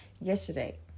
Yesterday